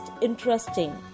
interesting